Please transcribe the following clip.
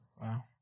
Wow